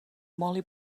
molly